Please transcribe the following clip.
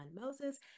Moses